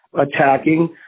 attacking